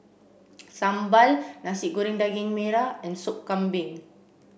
Sambal Nasi Goreng Daging Merah and Sup Kambing